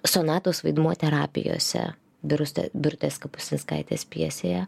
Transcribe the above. sonatos vaidmuo terapijose birustė birutės kapustinskaitės pjesėje